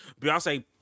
Beyonce